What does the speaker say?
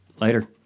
Later